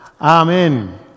Amen